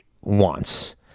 wants